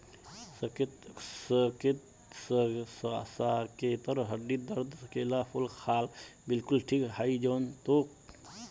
साकेतेर हड्डीर दर्द केलार फूल खा ल बिलकुल ठीक हइ जै तोक